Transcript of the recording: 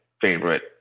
favorite